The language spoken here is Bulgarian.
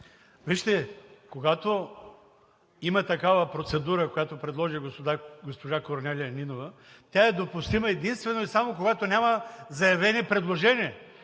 когато има такава процедура, която предложи госпожа Корнелия Нинова, тя е допустима единствено и само когато няма заявени предложения.